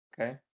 Okay